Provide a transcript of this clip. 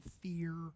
fear